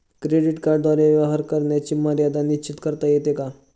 Credit कार्डद्वारे व्यवहार करण्याची मर्यादा निश्चित करता येते का?